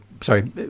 sorry